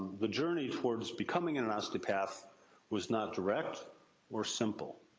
the journey toward becoming an osteopath was not direct or simple.